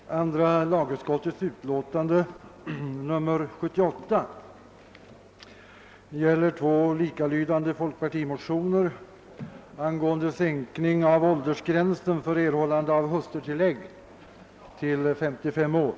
Herr talman! Andra lagutskottets utlåtande nr 78 behandlar två likalydande folkpartimotioner angående sänkning av åldersgränsen för erhållande av hustrutillägg till 55 år.